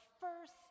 first